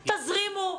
תזרימו.